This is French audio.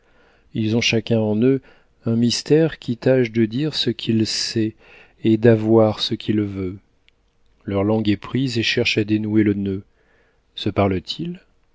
ils ont chacun en eux un mystère qui tâche de dire ce qu'il sait et d'avoir ce qu'il veut leur langue est prise et cherche à dénouer le nœud se parlent-ils